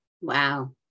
Wow